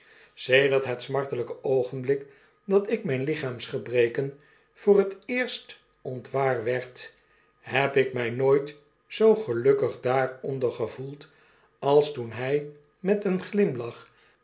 sederfc het smartelyke oogenblik dat ik myn hchaamsgebreken voor hkt eerstontwaar werd heb ik mij nooit zoo gelukkig daaronder gevoeld als toen hij met een glimlach